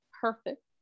perfect